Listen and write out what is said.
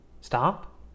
Stop